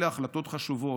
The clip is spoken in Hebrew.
אלו החלטות חשובות,